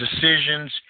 decisions